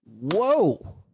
Whoa